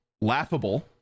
laughable